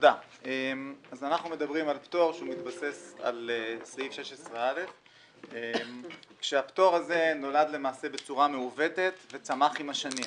אנחנו מדברים על פטור שהוא מתבסס על סעיף 16א. כשהפטור הזה נולד למעשה בצורה מעוותת וצמח עם השנים.